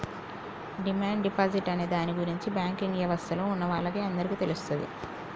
demand deposit అనే దాని గురించి బ్యాంకింగ్ యవస్థలో ఉన్నవాళ్ళకి అందరికీ తెలుస్తది